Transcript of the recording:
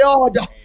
order